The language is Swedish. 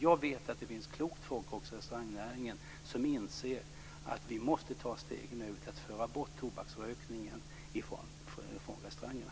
Jag vet att det finns klokt folk också där som inser att man måste ta steget för att ta bort tobaksrökningen från restaurangerna.